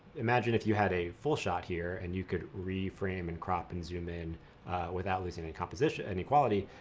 imagine if you had a full shot here and you could reframe and crop and zoom in without losing any composition and any quality.